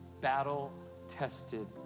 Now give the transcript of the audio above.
Battle-tested